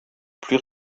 plus